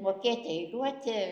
mokėti eiliuoti